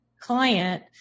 client